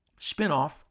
spinoff